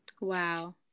Wow